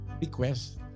request